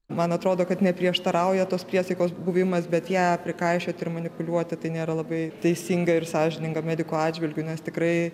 man atrodo kad neprieštarauja tos priesaikos buvimas bet ją prikaišioti ir manipuliuoti tai nėra labai teisinga ir sąžininga medikų atžvilgiu nes tikrai